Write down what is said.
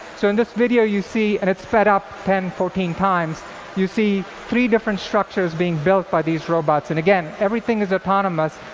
so in this video you see and it's sped up ten, fourteen times you see different structures being built by these robots. and again, everything is autonomous,